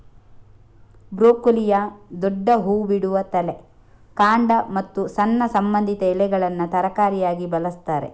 ಬ್ರೊಕೊಲಿಯ ದೊಡ್ಡ ಹೂ ಬಿಡುವ ತಲೆ, ಕಾಂಡ ಮತ್ತು ಸಣ್ಣ ಸಂಬಂಧಿತ ಎಲೆಗಳನ್ನ ತರಕಾರಿಯಾಗಿ ಬಳಸ್ತಾರೆ